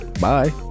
Bye